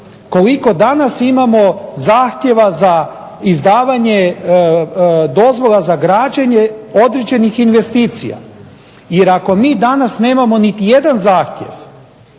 koliko danas imamo zahtjeva za izdavanje dozvola za građenje određenih investicija. Jer ako mi danas nemamo niti jedan zahtjev